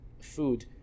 food